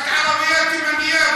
את ערבייה תימנייה גאה.